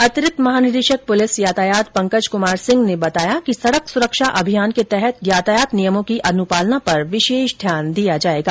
अतिरिक्त महानिदेषक पुलिस यातायात पंकज कुमार सिंह ने बताया कि सडक सुरक्षा अभियान के तहत यातायात नियमों की अनुपालना पर विषेष ध्यान दिया जायेगा